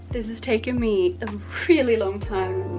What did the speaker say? this has taken me a really long time.